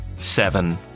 seven